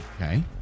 okay